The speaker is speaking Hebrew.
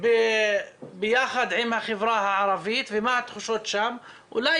בקשר איתם, כל שנה